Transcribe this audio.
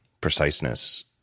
preciseness